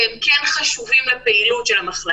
אבל הם כן חשובים לפעילות של המחלקה.